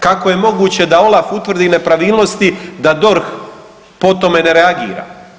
Kako je moguće da OLAF utvrdi nepravilnosti, da DORH po tome ne reagira?